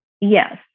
yes